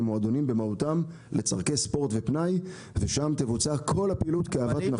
הם במהותם לצרכי ספורט ופנאי ושם תבוצע כל הפעילות כתאוות נפשם.